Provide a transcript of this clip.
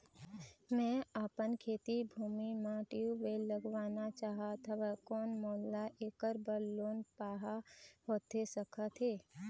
मैं अपन खेती भूमि म ट्यूबवेल लगवाना चाहत हाव, कोन मोला ऐकर बर लोन पाहां होथे सकत हे?